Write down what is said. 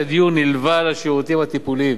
הדיור נלווה לשירותים הטיפוליים,